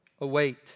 await